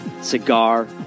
Cigar